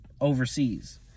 overseas